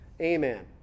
Amen